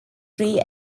three